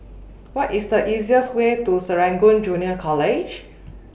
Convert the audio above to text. What IS The easiest Way to Serangoon Junior College